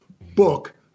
book